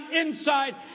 inside